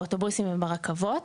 באוטובוסים וברכבות,